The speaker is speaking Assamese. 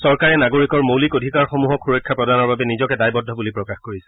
চৰকাৰে নাগৰিকৰ মৌলিক অধিকাৰসমূহক সুৰক্ষা প্ৰদানৰ বাবে নিজকে দায়বদ্ধ বুলি প্ৰকাশ কৰিছে